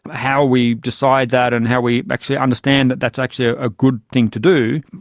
ah how we decide that and how we actually understand that that's actually a ah good thing to do,